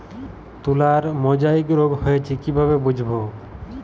তুলার মোজাইক রোগ হয়েছে কিভাবে বুঝবো?